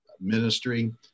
ministry